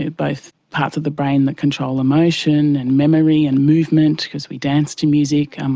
both parts of the brain that control emotion and memory and movement, because we dance to music, um